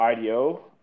IDO